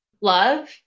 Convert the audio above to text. love